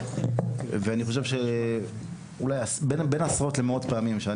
ואני חושב שאולי בין עשרות למאות פעמים שאני